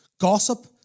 gossip